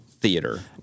Theater